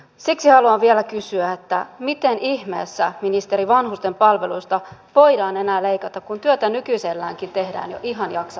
siksi haluan vielä kysyä miten ihmeessä ministeri vanhusten palveluista voidaan enää leikata kun työtä nykyiselläänkin tehdään jo ihan jaksamisen äärirajoilla